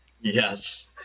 Yes